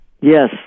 Yes